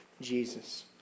Jesus